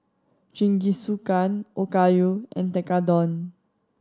Jingisukan Okayu and Tekkadon